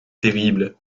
terrible